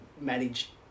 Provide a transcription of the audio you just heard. manage